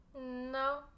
No